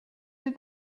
did